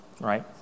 right